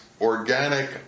organic